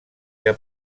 que